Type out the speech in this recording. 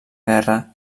guerra